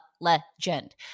legend